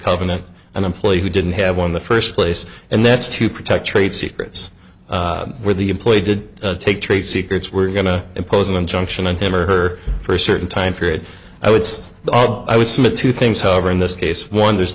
covenant an employee who didn't have one the first place and that's to protect trade secrets where the employee did take trade secrets were going to impose an injunction on him or her for certain time period i would say that i would sum of two things however in this case one there's